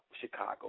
Chicago